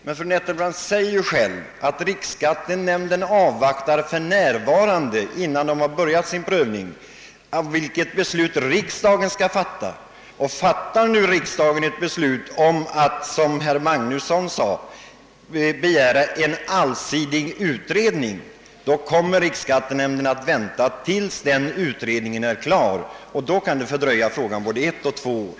Men fru Nettelbrandt sade ju själv att riksskattenämnden för närvarande avvaktar riksdagens beslut innan den börjar sin prövning. Fattar nu riksdagen ett beslut att begära en allsidig utredning, som herr Magnusson föreslog, så kommer riksskattenämnden att vänta tills den utredningen är klar, och det kan fördröja saken både ett och två år.